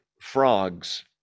frogs